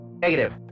negative